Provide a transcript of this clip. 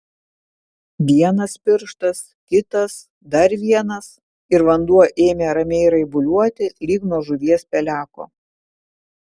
vienas pirštas kitas dar vienas ir vanduo ėmė ramiai raibuliuoti lyg nuo žuvies peleko